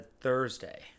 Thursday